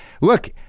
look